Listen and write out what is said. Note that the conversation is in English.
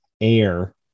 air